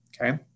okay